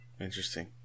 Interesting